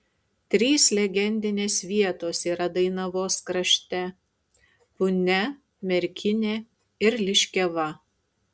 trys legendinės vietos yra dainavos krašte punia merkinė ir liškiava